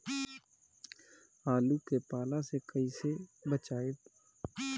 आलु के पाला से कईसे बचाईब?